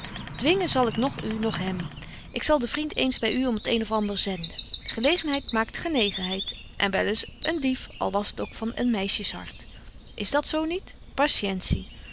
zal ik noch u noch hem ik zal den vriend eens by u om t een of ander zenden gelegenheid maakt genegenheid en wel eens een dief al was t ook van eén meisjes hart is dat zo niet